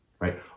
right